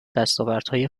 دستاوردهای